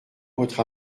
votre